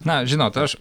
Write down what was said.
na žinot aš